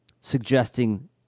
suggesting